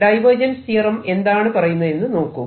divergence theorem എന്താണ് പറയുന്നതെന്ന് നോക്കൂ